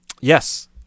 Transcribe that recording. Yes